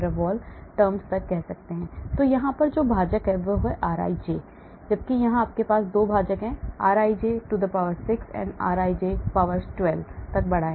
Estr str Σ Σ Aij rij6 Bij rij12 Σ Σ qi qj rij तो यहाँ भाजक rij है जबकि यहाँ आपके पास 2 भाजक हैं rij 6 rij12 तक बढ़ाएँ